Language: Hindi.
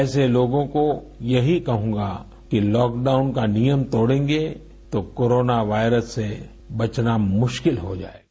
ऐसे लोगों को यही कहूंगा कि लॉकडाउन का नियम तोड़ेंगे तो कोरोना वायरस से बचना मुश्किल हो जायेगा